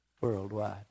worldwide